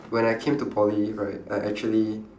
when I came to poly right I actually